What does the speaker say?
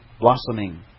blossoming